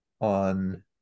on